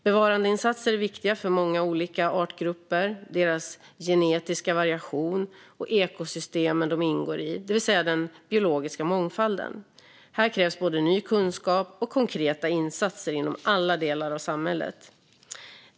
Bevarandeinsatser är viktiga för många olika artgrupper, deras genetiska variation och ekosystemen de ingår i, det vill säga den biologiska mångfalden. Här krävs både ny kunskap och konkreta insatser inom alla delar av samhället.